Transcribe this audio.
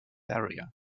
area